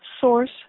source